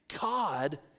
God